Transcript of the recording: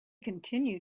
continue